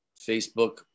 Facebook